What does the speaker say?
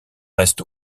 reste